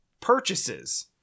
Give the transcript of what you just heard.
purchases